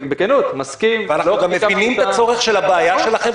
בכנות --- אנחנו גם מבינים את הבעיה שלכם,